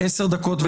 10:20 דקות,